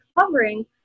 covering